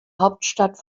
hauptstadt